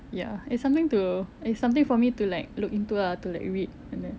ya it's something to it's something for me to like look into lah to like read and then